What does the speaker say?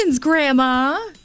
Grandma